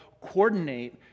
coordinate